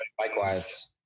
likewise